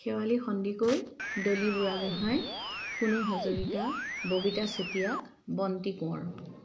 Sewali Sandikoi Doli Buragohain Phunu Hazarika Babita Chetia Bonti Konwar